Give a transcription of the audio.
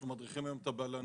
אנחנו מדריכים היום את הבלניות,